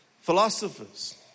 philosophers